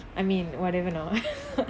I mean whatever lor